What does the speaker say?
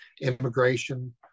immigration